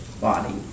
body